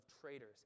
traitors